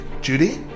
Judy